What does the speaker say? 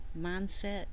mindset